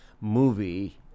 movie